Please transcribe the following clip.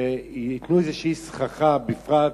שייתנו איזו סככה, בפרט